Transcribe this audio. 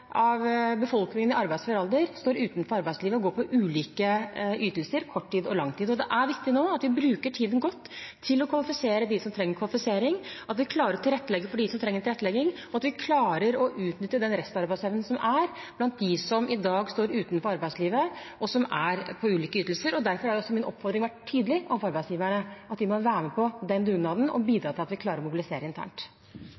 befolkningen i arbeidsfør alder står utenfor arbeidslivet og går på ulike ytelser – korttids og langtids. Det er viktig nå at vi bruker tiden godt til å kvalifisere dem som trenger kvalifisering, at vi klarer å tilrettelegge for dem som trenger tilrettelegging, at vi klarer å utnytte restarbeidsevnen blant dem som i dag står utenfor arbeidslivet, og som er på ulike ytelser. Derfor har min oppfordring vært tydelig: Arbeidsgiverne må være med på den dugnaden og